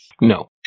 No